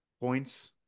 points